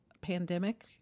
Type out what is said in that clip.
pandemic